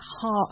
heart